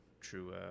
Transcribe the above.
true